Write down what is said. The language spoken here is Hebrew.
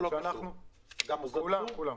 כולם.